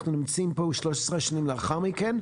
אנחנו נמצאים פה, 13 שנים לאחר מכן,